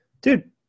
Dude